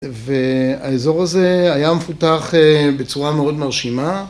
והאזור הזה היה מפותח בצורה מאוד מרשימה.